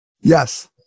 Yes